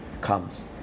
comes